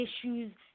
issues